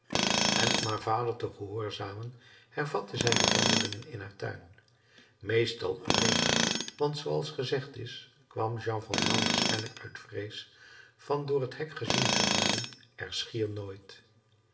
en om haar vader te gehoorzamen hervatte zij de wandelingen in haar tuin meestal alleen want zooals gezegd is kwam jean valjean waarschijnlijk uit vrees van door het hek gezien te worden er schier nooit